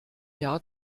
jahr